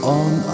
on